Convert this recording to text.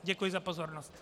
Děkuji za pozornost.